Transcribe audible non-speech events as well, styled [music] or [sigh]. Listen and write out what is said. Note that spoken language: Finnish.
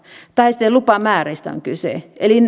tai sitten jos on lupamääristä kyse eli [unintelligible]